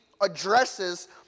addresses